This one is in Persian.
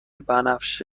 بنفش